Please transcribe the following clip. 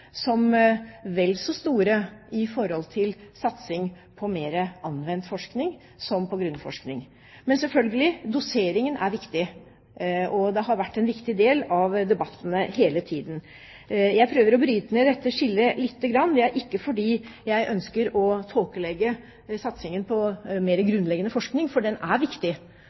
som vel så store ved satsing på mer anvendt forskning som på grunnforskning. Men, selvfølgelig, doseringen er viktig, og det har vært en viktig del av debattene hele tiden. Jeg prøver å bryte ned dette skillet lite grann. Det er ikke fordi jeg ønsker å tåkelegge satsingen på mer grunnleggende forskning, for den er viktig